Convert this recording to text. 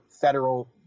federal